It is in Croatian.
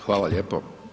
Hvala lijepo.